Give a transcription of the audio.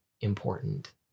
important